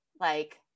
like-